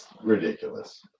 Ridiculous